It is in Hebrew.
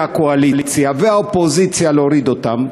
הקואליציה והאופוזיציה להוריד אותם,